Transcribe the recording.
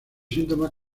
síntomas